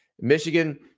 Michigan